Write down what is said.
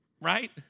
right